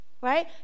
right